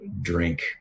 drink